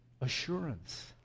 assurance